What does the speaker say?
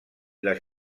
les